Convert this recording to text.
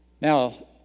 Now